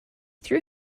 threw